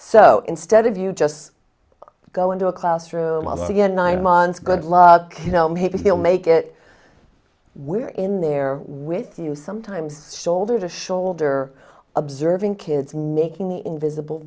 so instead of you just go into a classroom of again nine months good luck you know maybe he'll make it where in there with you sometimes shoulder to shoulder observing kids making the invisible